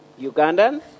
Ugandan